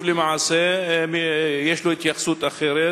שכל יישוב למעשה יש לו התייחסות אחרת,